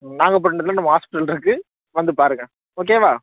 நாகப்பட்டினத்தில் நம்ம ஹாஸ்பிட்டல் இருக்குது வந்து பாருங்கள் ஓகேவா